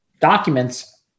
documents